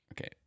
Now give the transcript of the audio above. Okay